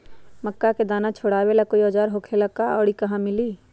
मक्का के दाना छोराबेला कोई औजार होखेला का और इ कहा मिली?